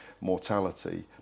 mortality